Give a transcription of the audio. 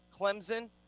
Clemson